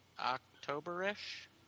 october-ish